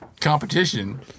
competition